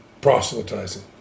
proselytizing